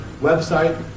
website